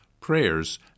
prayers